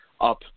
up